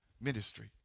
ministry